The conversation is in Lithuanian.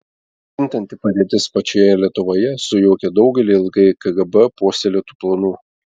kintanti padėtis pačioje lietuvoje sujaukė daugelį ilgai kgb puoselėtų planų